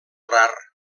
rar